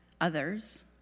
others